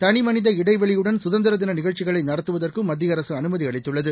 தனிமனித இடைவெளியுடன் சுதந்திரதினநிகழ்ச்சிகளைநடத்துவதற்கும் மத்தியஅரசுஅனுமதிஅளித்துள்ளது